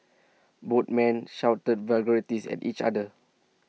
both men shouted vulgarities at each other